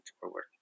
forward